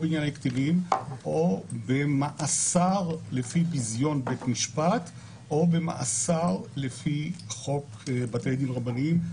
או במאסר לפי בזיון בית המשפט או במאסר לפי חוק בתי דין רבניים,